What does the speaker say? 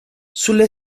sulle